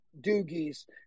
doogies